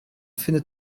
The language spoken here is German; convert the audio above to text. findet